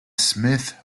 smith